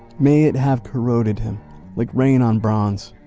may it have corroded him like rain on bronze.